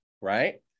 right